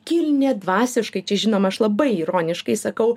kilniadvasiškai čia žinoma aš labai ironiškai sakau